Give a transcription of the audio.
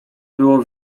było